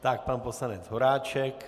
Tak pan poslanec Horáček.